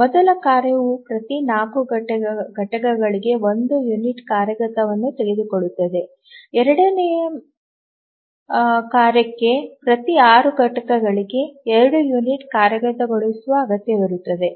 ಮೊದಲ ಕಾರ್ಯವು ಪ್ರತಿ 4 ಘಟಕಗಳಿಗೆ 1 ಯುನಿಟ್ ಕಾರ್ಯಗತ ತೆಗೆದುಕೊಳ್ಳುತ್ತದೆ ಎರಡನೆಯ ಕಾರ್ಯಕ್ಕೆ ಪ್ರತಿ 6 ಘಟಕಗಳಿಗೆ 2 ಯುನಿಟ್ ಕಾರ್ಯಗತಗೊಳಿಸುವ ಅಗತ್ಯವಿರುತ್ತದೆ